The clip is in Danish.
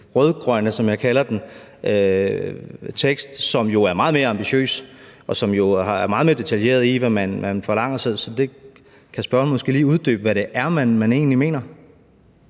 rød-grønne tekst, som jeg kalder den, som jo er meget mere ambitiøs, og som jo er meget detaljeret i, hvad man forlanger. Så det kan spørgeren måske lige uddybe, altså hvad det er, man egentlig mener?